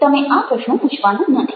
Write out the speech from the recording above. તમે આ પ્રશ્નો પૂછવાના નથી